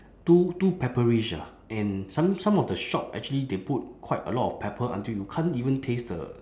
too too pepperish ah and some some of the shop actually they put quite a lot of pepper until you can't even taste the